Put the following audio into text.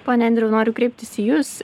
pone andriau noriu kreiptis į jus